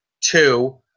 two